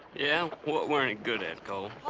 yeah? what weren't he good at, cole?